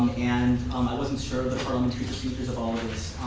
and um i wasn't sure of the parliamentary procedures of all of this.